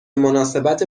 مناسبت